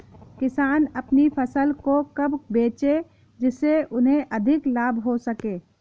किसान अपनी फसल को कब बेचे जिसे उन्हें अधिक लाभ हो सके?